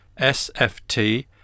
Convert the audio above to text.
SFT